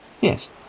yes